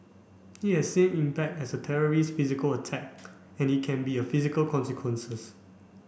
it has same impact as a terrorist's physical attack and it can be a physical consequences